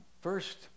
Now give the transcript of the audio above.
First